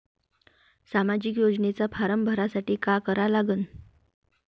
सामाजिक योजनेचा फारम भरासाठी का करा लागन?